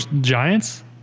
giants